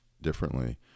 differently